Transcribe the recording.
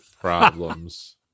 problems